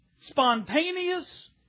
spontaneous